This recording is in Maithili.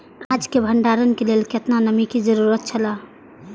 अनाज के भण्डार के लेल केतना नमि के जरूरत छला?